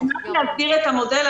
אשמח להסביר את המודל,